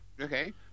Okay